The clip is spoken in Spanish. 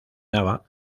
nava